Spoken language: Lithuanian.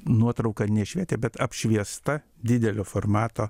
nuotrauką nešvietė bet apšviesta didelio formato